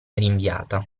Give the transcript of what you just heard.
rinviata